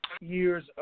Years